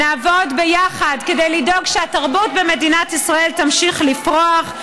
נעבוד ביחד כדי לדאוג שהתרבות במדינת ישראל תמשיך לפרוח.